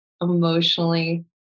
emotionally